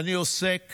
אני עוסק